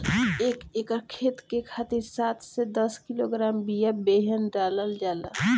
एक एकर खेत के खातिर सात से दस किलोग्राम बिया बेहन डालल जाला?